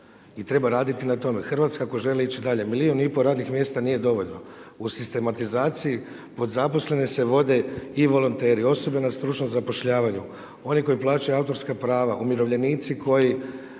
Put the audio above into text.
i treba raditi na tome. Hrvatska ako želi ići dalje milijun i pol radnih mjesta nije dovoljno. U sistematizaciji pod zaposlene se vode i volonteri, osobe na stručnom zapošljavanju, oni koji plaćaju autorska prava, umirovljenici koji